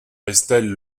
estelle